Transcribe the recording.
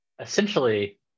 essentially